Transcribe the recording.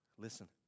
Listen